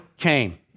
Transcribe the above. came